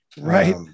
right